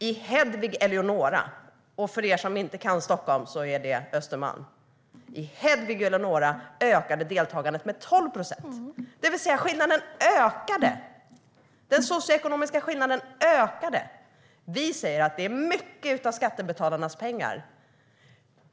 I Hedvig Eleonora - för er som inte kan Stockholm kan jag säga att det är på Östermalm - ökade deltagandet med 12 procent. Den socioekonomiska skillnaden ökade alltså. Det är fråga om mycket av skattebetalarnas pengar.